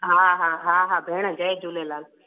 हा हा हा हा भेण जय झूलेलाल